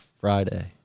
Friday